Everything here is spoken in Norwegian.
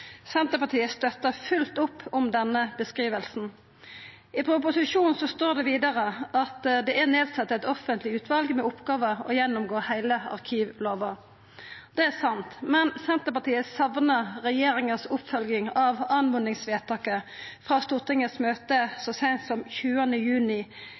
Senterpartiet støttar fullt opp om denne beskrivinga. I proposisjonen står det vidare at det er nedsett eit offentleg utval med oppgåve å gjennomgå heile arkivlova. Det er sant. Men Senterpartiet saknar regjeringa si oppfølging av oppmodingsvedtaket frå Stortingets møte så seint som 20. juni